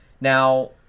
now